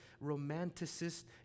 romanticist